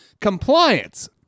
Compliance